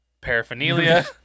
paraphernalia